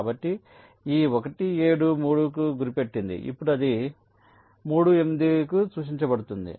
కాబట్టి ఈ 1 7 3 కు గురిపెట్టింది ఇప్పుడు అది 3 8 కు సూచించబడుతుంది